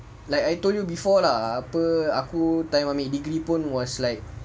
like I told you before lah apa aku time ambil degree pun was like